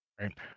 right